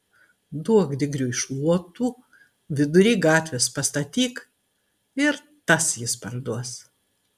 duok digriui šluotų vidury gatvės pastatyk ir tas jis parduos